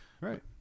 right